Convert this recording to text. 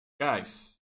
Guys